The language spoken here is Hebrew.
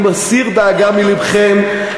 אני מסיר דאגה מלבכם,